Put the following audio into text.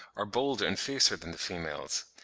are bolder and fiercer than the females.